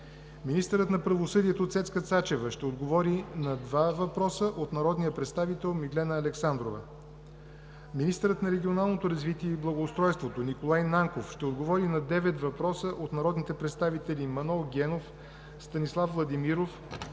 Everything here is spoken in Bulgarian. министърът на правосъдието Цецка Цачева ще отговори на два въпроса от народния представител Миглена Александрова; – министърът на регионалното развитие и благоустройството Николай Нанков ще отговори на девет въпроса от народните представители Манол Генов, Станислав Владимиров,